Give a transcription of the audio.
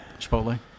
Chipotle